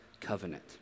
covenant